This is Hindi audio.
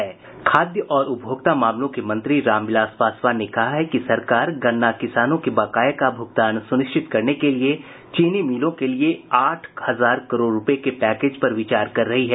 खाद्य और उपभोक्ता मामलों के मंत्री रामविलास पासवान ने कहा है कि सरकार गन्ना किसानों के बकाये का भूगतान सुनिश्चित करने के लिए चीनी मिलों के लिए आठ हजार करोड रुपये के पैकेज पर विचार कर रही है